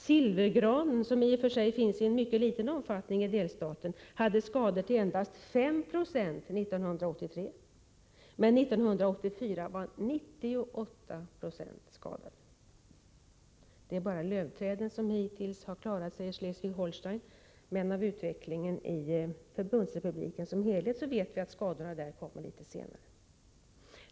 Silvergranen, som i och för sig finns i mycket liten omfattning i delstaten, hade skador till endast 5 90 år 1983, men 1984 var 98 70 av beståndet skadat. Det är bara lövträden som hittills har klarat sig i Schleswig-Holstein, men från utvecklingen i förbundsrepubliken som helhet vet vi att skador där uppkommer litet senare.